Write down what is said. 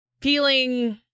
feeling